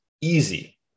easy